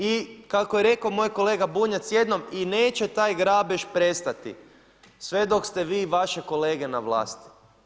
I kako je rekao moj kolega Bunjac jednom i neće taj grabež prestati sve dok ste vi i vaše kolege na vlasti.